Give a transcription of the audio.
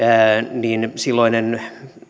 niin silloinen